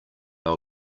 our